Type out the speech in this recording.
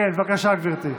כן, בבקשה, גברתי.